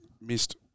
missed